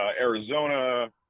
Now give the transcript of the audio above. Arizona